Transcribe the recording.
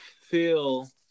feel